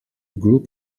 group